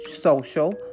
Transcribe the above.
social